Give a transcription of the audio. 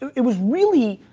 it was really